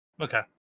Okay